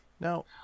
Now